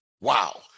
wow